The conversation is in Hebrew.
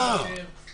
חבר הכנסת יעקב אשר,